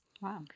Wow